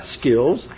skills